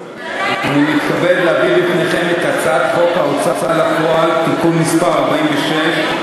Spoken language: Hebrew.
אני מתכבד להביא בפניכם את הצעת חוק ההוצאה לפועל (תיקון מס' 46),